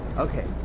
okay.